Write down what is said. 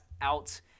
out